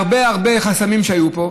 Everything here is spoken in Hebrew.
הרבה הרבה חסמים היו פה,